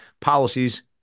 policies